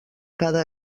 cada